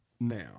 Now